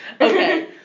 Okay